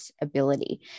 ability